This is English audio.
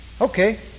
Okay